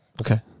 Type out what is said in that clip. Okay